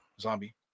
zombie